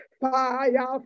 fire